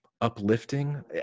uplifting